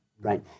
right